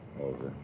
Okay